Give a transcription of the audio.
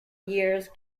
years